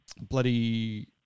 Bloody